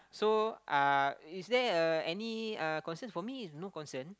so uh is there uh any uh concerns for me no concern